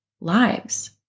lives